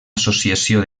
associació